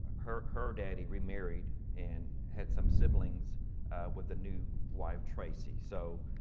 her her daddy remarried and had some siblings with the new wife tracy. so,